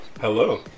Hello